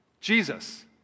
Jesus